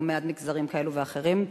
לא מעט מגזרים כאלו ואחרים,